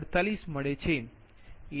48 મળે છે